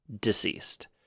deceased